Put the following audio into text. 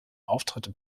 auftritte